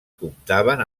comptaven